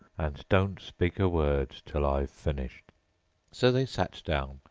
and don't speak a word till i've finished so they sat down,